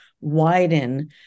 widen